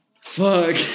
Fuck